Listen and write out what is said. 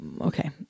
Okay